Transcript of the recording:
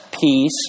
peace